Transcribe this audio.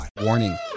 Warning